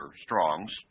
Strong's